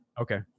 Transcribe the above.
Okay